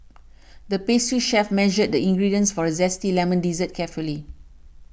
the pastry chef measured the ingredients for a Zesty Lemon Dessert carefully